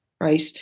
Right